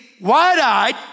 wide-eyed